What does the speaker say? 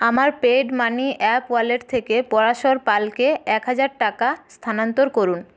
আমার paid money app wallet থেকে পরাশর পালকে এক হাজার টাকা স্থানান্তর করুন